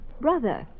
brother